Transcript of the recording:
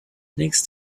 next